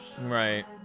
right